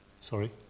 Sorry